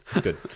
Good